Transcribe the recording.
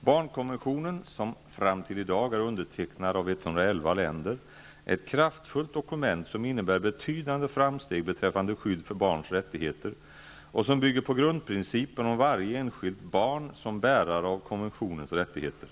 Barnkonventionen, som fram till i dag är undertecknad av 111 länder, är ett kraftfullt dokument som innebär betydande framsteg beträffande skydd av barns rättigheter och som bygger på grundprincipen om varje enskilt barn som bärare av konventionens rättigheter.